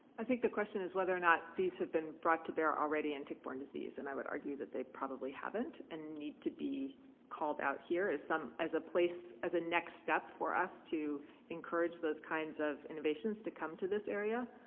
i think the question is whether or not these have been brought to bear already in tick-borne disease and i would argue that they probably haven't and need to be called out here as a place. as a next step for us to encourage those kinds of innovations to come to this area.